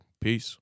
Peace